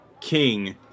King